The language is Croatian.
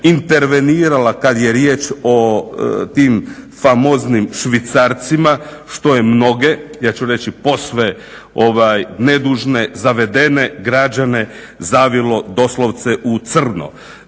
intervenirala kada je riječ o tim famoznim švicarcima, što je mnoge ja ću reći posve nedužne, zavedene građane zavilo doslovce u crno.